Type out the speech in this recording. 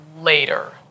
later